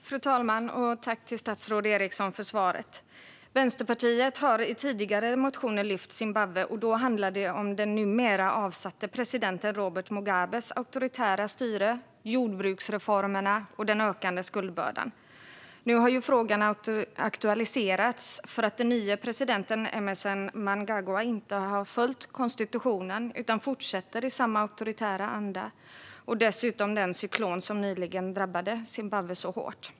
Fru talman! Jag tackar statsrådet Eriksson för svaret. Vänsterpartiet har i tidigare motioner lyft fram Zimbabwe. Då handlade det om den numera avsatte presidenten Robert Mugabes auktoritära styre, jordbruksreformerna och den ökande skuldbördan. Nu har frågan aktualiserats för att den nye presidenten Emmerson Mnangagwa inte har följt konstitutionen utan fortsätter i samma auktoritära anda och dessutom på grund av den cyklon som nyligen drabbade Zimbabwe så hårt.